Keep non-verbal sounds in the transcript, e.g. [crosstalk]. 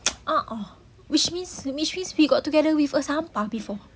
[noise] uh uh which means which means we got together with a sampah before